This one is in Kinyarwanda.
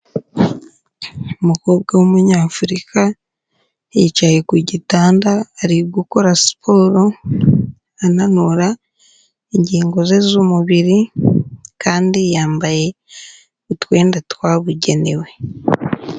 Umukobwa w'Umunyafurika, yicaye ku gitanda ari gukora siporo, ananura ingingo ze z'umubiri kandi yambaye utwenda twabugenewe.